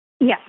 Yes